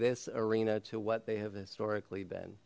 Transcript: this arena to what they have historically been